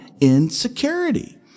insecurity